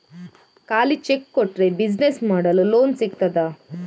ಖಾಲಿ ಚೆಕ್ ಕೊಟ್ರೆ ಬಿಸಿನೆಸ್ ಮಾಡಲು ಲೋನ್ ಸಿಗ್ತದಾ?